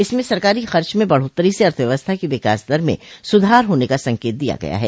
इसमें सरकारी खर्च में बढ़ोतरी से अर्थव्यवस्था की विकास दर में सुधार होने का संकेत दिया गया है